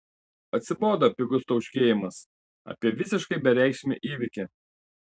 atsibodo pigus tauškėjimas apie visiškai bereikšmį įvykį